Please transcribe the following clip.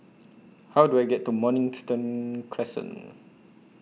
How Do I get to Mornington Crescent